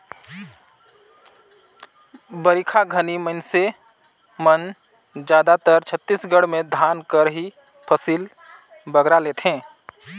बरिखा घनी मइनसे मन जादातर छत्तीसगढ़ में धान कर ही फसिल बगरा लेथें